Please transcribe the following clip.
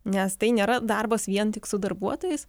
nes tai nėra darbas vien tik su darbuotojais